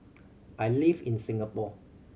I live in Singapore